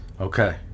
Okay